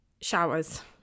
showers